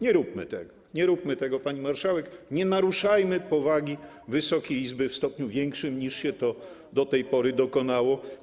Nie róbmy tego, pani marszałek, nie naruszajmy powagi Wysokiej Izby w stopniu większym niż się to do tej pory dokonało.